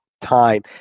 time